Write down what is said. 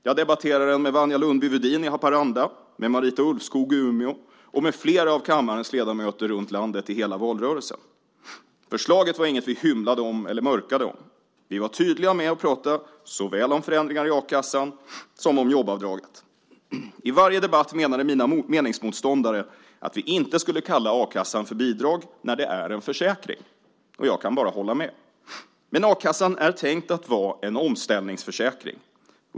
Jag debatterade den med Wanja Lundby-Wedin i Haparanda, med Marita Ulvskog i Umeå och med flera av kammarens ledamöter runt landet under hela valrörelsen. Förslaget var inget vi hymlade om eller mörkade med. Vi var tydliga med att prata om såväl förändringar i a-kassan som jobbavdraget. I varje debatt menade mina meningsmotståndare att vi inte skulle kalla a-kassan bidrag när det är en försäkring, och jag kan bara hålla med. Men a-kassan är tänkt att vara en omställningsförsäkring.